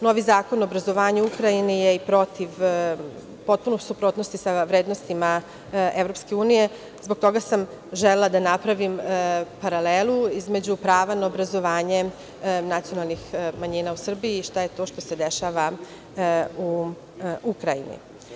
Novi Zakon o obrazovanju u Ukrajini je i protiv, u potpunoj suprotnosti sa vrednostima EU, zbog toga sam i želela da napravim paralelu između prava na obrazovanje nacionalnih manjina u Srbiji i šta je to što se dešava u Ukrajini.